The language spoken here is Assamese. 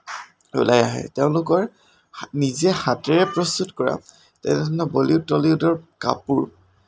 ওলাই আহে তেওঁলোকৰ নিজে হাতেৰে প্ৰস্তুত কৰা তেনেধৰণৰ বলীউড টলীউডৰ কাপোৰ